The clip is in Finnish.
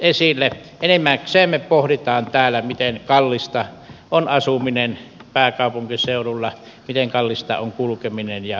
enimmäkseen me pohdimme täällä miten kallista on asuminen pääkaupunkiseudulla miten kallista on kulkeminen jnp